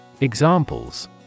Examples